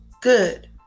good